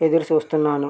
ఎదురుచూస్తున్నాను